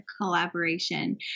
collaboration